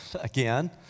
again